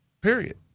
Period